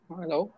hello